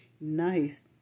nice